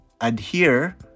adhere